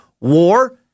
War